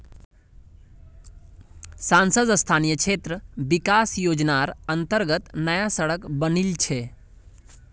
सांसद स्थानीय क्षेत्र विकास योजनार अंतर्गत नया सड़क बनील छै